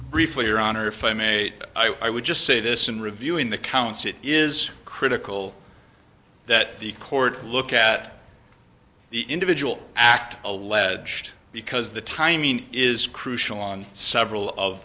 briefly your honor if i made i would just say this in reviewing the counts it is critical that the court look at the individual act alleged because the timing is crucial on several of